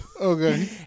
Okay